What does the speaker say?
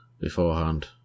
beforehand